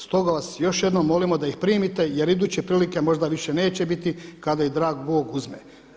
Stoga vas još jednom molimo da ih primite, jer iduće prilike možda više neće biti kada ih dragi Bog uzme.